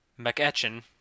McEchin